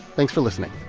thanks for listening